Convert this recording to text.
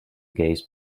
gaze